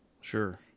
Sure